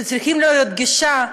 שצריכה להיות לו גישה למים,